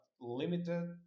limited